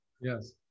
Yes